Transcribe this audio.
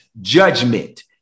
judgment